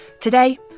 Today